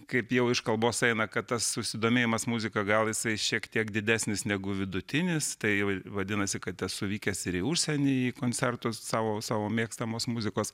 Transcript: kaip jau iš kalbos eina kad tas susidomėjimas muzika gal jisai šiek tiek didesnis negu vidutinis tai vadinasi kad esu vykęs ir į užsienį į koncertus savo savo mėgstamos muzikos